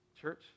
church